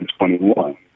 2021